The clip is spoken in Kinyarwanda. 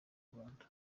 rwanda